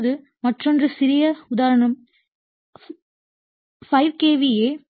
இப்போது மற்றொரு சிறிய உதாரணம் 5 KVA சிங்கிள் பேஸ் 1